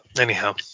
Anyhow